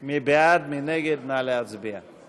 (תיקון, שכר לימוד לסטודנטים בין-לאומיים),